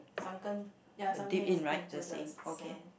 sunken ya sinking into the sand